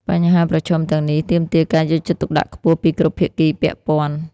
បញ្ហាប្រឈមទាំងនេះទាមទារការយកចិត្តទុកដាក់ខ្ពស់ពីគ្រប់ភាគីពាក់ព័ន្ធ។